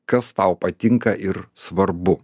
kas tau patinka ir svarbu